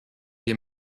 wir